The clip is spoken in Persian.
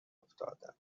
افتادم